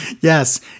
Yes